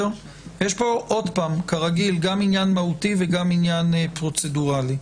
כרגיל, יש פה גם עניין מהותי וגם עניין פרוצדורלי.